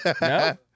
No